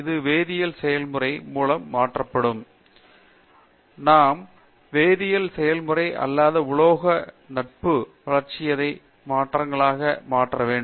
ஒரு வேதியியல் செயல்முறை மூலம் மாற்றப்படும் நாம் வேதியியல் செயல்முறை அல்லாத உலோக நட்பு வளர்சிதை மாற்றங்களாக மாற்ற வேண்டும்